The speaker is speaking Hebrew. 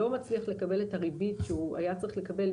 לא מצליח לקבל את הריבית שהוא היה צריך לקבל,